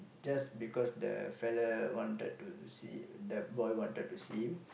just because the fellow wanted to see the boy wanted to see